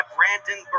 Brandon